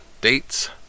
dates